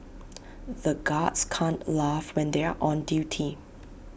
the guards can't laugh when they are on duty